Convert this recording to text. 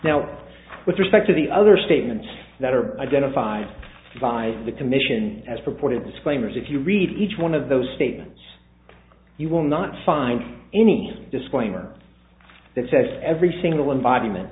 now with respect to the other statements that are identified by the commission as purported disclaimers if you read each one of those statements you will not find any disclaimer that says every single envi